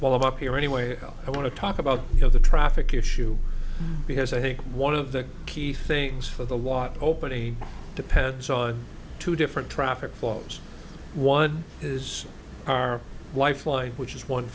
while i'm up here anyway i want to talk about you know the traffic issue because i think one of the key things for the water open e depends on two different traffic flows one is our lifeline which is one